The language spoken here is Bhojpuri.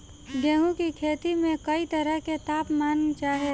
गेहू की खेती में कयी तरह के ताप मान चाहे ला